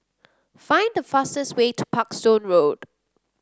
find the fastest way to Parkstone Road